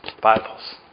Bibles